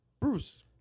Bruce